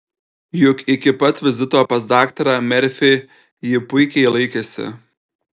juk iki pat vizito pas daktarą merfį ji puikiai laikėsi